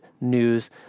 news